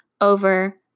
over